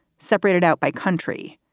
separated out by country.